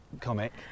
comic